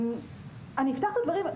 אני אפתח את הדברים,